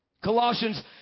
Colossians